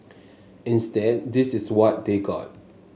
instead this is what they got